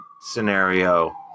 scenario